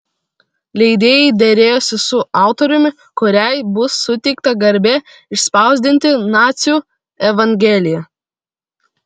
leidėjai derėjosi su autoriumi kuriai bus suteikta garbė išspausdinti nacių evangeliją